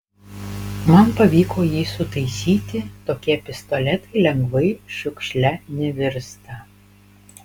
man pavyko jį sutaisyti tokie pistoletai lengvai šiukšle nevirsta